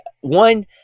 one